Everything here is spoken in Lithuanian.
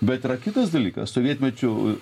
bet yra kitas dalykas sovietmečiu